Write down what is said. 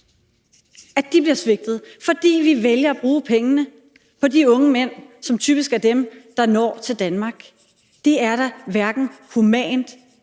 bliver svigtet, fordi vi vælger at bruge pengene på de unge mænd, som typisk er dem, der når til Danmark. Det er da hverken humant